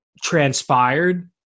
transpired